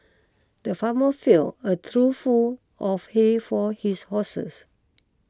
the farmer fill a trough full of hay for his horses